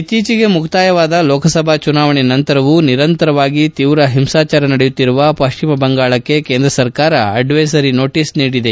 ಇಕ್ತೀಚೆಗೆ ಮುಕ್ತಾಯವಾದ ಲೋಕಸಭಾ ಚುನಾವಣೆ ನಂತರವೂ ನಿರಂತರವಾಗಿ ತೀವ್ರ ಒಂಸಾಚಾರ ನಡೆಯುತ್ತಿರುವ ಪಶ್ಚಿಮ ಬಂಗಾಳಕ್ಕೆ ಕೇಂದ್ರ ಸರ್ಕಾರ ಅಡ್ತೇಸರಿ ನೋಟಸ್ ನೀಡಿದೆ